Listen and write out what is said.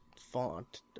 font